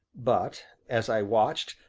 but, as i watched,